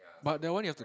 but that one you have to